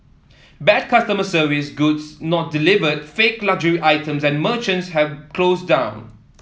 bad customer service goods not delivered fake luxury items and merchants have closed down